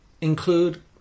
include